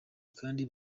kandi